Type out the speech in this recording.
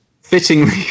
Fittingly